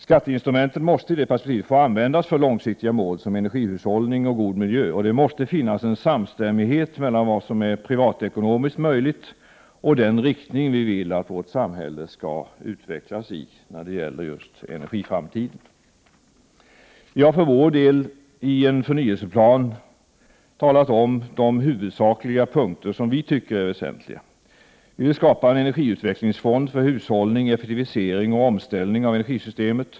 Skatteinstrumentet måste få användas för långsiktiga mål, som energihushållning och god miljö. Det måste finnas en samstämmighet mellan vad som är privatekonomiskt möjligt och den riktning som vi vill att vårt samhälle skall utvecklas i när det gäller energiframtiden. Vi har för vår del i en förnyelseplan nämnt de huvudsakliga punkter som vi tycker är väsentliga. Vi vill skapa en energiutvecklingsfond för hushållning, effektivisering och omställning av energisystemet.